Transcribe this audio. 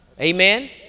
Amen